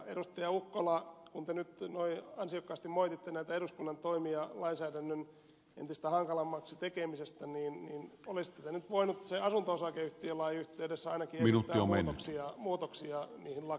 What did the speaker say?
ukkola kun te nyt noin ansiokkaasti moititte näitä eduskunnan toimia lainsäädännön entistä hankalammaksi tekemisestä niin olisitte te nyt voinut sen asunto osakeyhtiölain yhteydessä ainakin esittää muutoksia niihin lakeihin